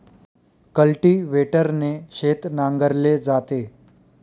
कल्टिव्हेटरने शेत नांगरले जाते